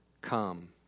come